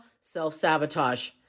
self-sabotage